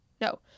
No